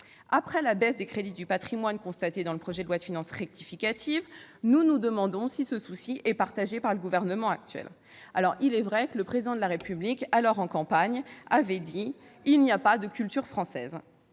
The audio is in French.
Après la baisse des crédits du patrimoine dans le projet de loi de finances rectificative, nous nous demandons si ce souci est partagé par le gouvernement actuel. Il est vrai que le Président de la République, alors en campagne, avait expliqué qu'il n'y a pas de « culture française ».